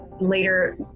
later